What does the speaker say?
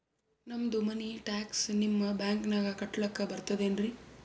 ನಮ್ದು ಮನಿ ಟ್ಯಾಕ್ಸ ನಿಮ್ಮ ಬ್ಯಾಂಕಿನಾಗ ಕಟ್ಲಾಕ ಬರ್ತದೇನ್ರಿ?